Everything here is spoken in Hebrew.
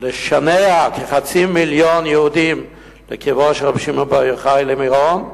לשנע כחצי מיליון יהודים לקברו של רבי שמעון בר יוחאי למירון,